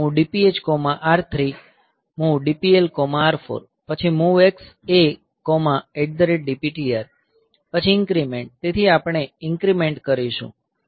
MOV DPHR3 MOV DPLR4 પછી MOVX ADPTR પછી INC તેથી આપણે ઇન્ક્રીમેંટ કરીશું